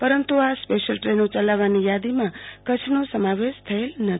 પરંતુ આ સ્પેશિયલ દ્રેનો ચલાવવાની યાદીમાં કચ્છનો સમાવેશ થયેલ નથી